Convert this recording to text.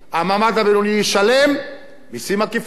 המעמד הבינוני ישלם מסים עקיפים,